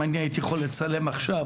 אם הייתי יכול לצלם עכשיו,